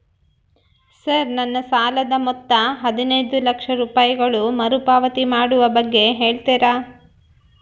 Sir ನನ್ನ ಸಾಲದ ಮೊತ್ತ ಹದಿನೈದು ಲಕ್ಷ ರೂಪಾಯಿಗಳು ಮರುಪಾವತಿ ಮಾಡುವ ಬಗ್ಗೆ ಹೇಳ್ತೇರಾ?